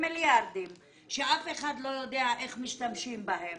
במיליארדים, שאף אחד לא יודע איך משתמשים בהן.